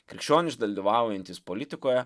krikščionys dalyvaujantys politikoje